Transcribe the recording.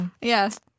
Yes